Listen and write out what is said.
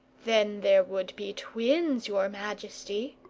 then there would be twins, your majesty.